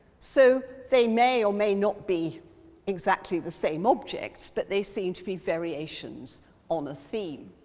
so, they may or may not be exactly the same objects, but they seem to be variations on a theme.